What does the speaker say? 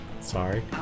sorry